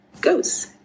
goes